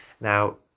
Now